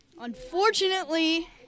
Unfortunately